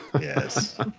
Yes